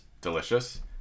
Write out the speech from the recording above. delicious